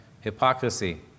hypocrisy